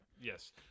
yes